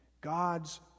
God's